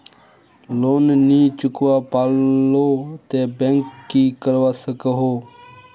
Loan नी चुकवा पालो ते बैंक की करवा सकोहो?